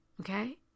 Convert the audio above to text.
okay